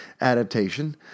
adaptation